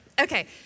Okay